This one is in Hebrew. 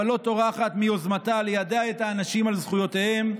אבל לא טורחת מיוזמתה ליידע את האנשים על זכויותיהם,